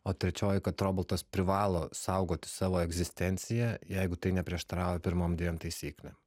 o trečioji kad robotas privalo saugoti savo egzistenciją jeigu tai neprieštarauja pirmom dviem taisyklėm